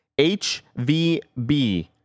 hvb